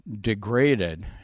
degraded